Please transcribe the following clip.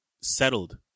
settled